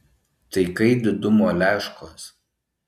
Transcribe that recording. tai kai didumo leškos